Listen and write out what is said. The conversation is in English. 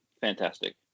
fantastic